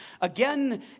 again